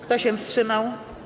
Kto się wstrzyma?